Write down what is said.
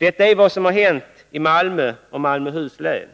Detta är vad som hänt i Malmö och Malmöhus län.